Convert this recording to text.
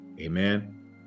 Amen